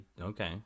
Okay